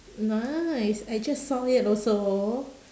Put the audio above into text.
nice I just saw it also